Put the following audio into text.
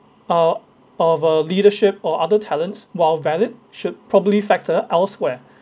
uh of uh leadership or other talents while valid should probably factor elsewhere